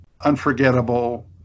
unforgettable